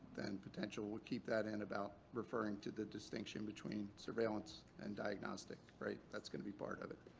then potential. we'll keep that in about referring to the distinction between surveillance and diagnostics, right? that's going to be part of it?